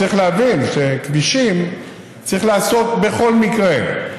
צריך להבין שכבישים צריך לעשות בכל מקרה.